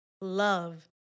love